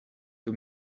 two